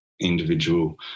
individual